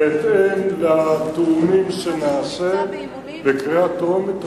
בהתאם לתיאומים שנעשה בקריאה הטרומית,